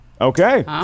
Okay